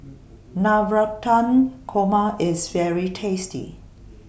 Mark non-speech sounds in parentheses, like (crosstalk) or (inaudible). (noise) Navratan Korma IS very tasty